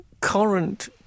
current